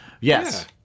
Yes